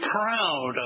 proud